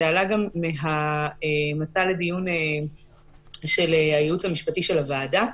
זה עלה גם מהמצע לדיון של הייעוץ המשפטי של הוועדה,